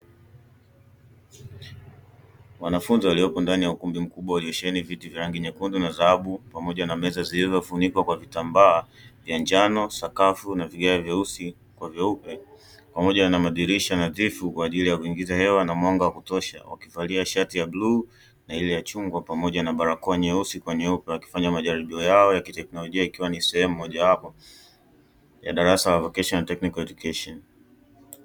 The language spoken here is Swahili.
Wanafunzi waliopo ndani ya ukumbi mkubwa wenyesheni viti vya rangi nyekundu na dhahabu pamoja na meza zilizofunikwa kwa vitambaa vya njano sakafu na vigao vyeusi kwa vyeupe pamoja na madirisha nadhifu kwa ajili ya kuingiza hewa na mwanga wa kutosha wakivalia shati ya blue na ile ya chungwa pamoja na barakoa nyeusi kwenye opra wakifanya majaribio yao ya kiteknolojia ikiwa ni sehemu mojawapo ya darasa la vocation technical education.